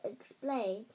explain